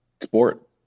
sport